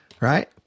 right